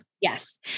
Yes